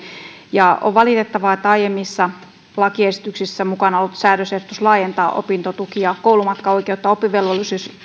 ja on valitettavaa että aiemmassa lakiesityksessä mukana ollut säädösehdotus laajentaa opintotuki ja koulumatkatukioikeutta oppivelvollisuusiän